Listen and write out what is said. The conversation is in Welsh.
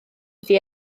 ydi